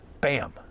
bam